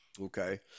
okay